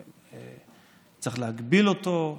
צריך להגביל אותו,